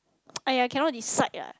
!aiya! cannot decide ya